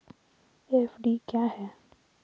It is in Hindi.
एफ.डी क्या है?